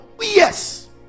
yes